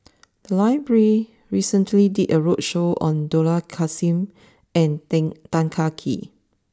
the library recently did a roadshow on Dollah Kassim and Tan Kah Kee